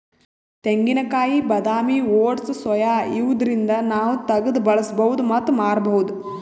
ತೆಂಗಿನಕಾಯಿ ಬಾದಾಮಿ oats soya ಇವ್ದರಿಂದ್ ನಾವ್ ತಗ್ದ್ ಬಳಸ್ಬಹುದ್ ಮತ್ತ್ ಮಾರ್ಬಹುದ್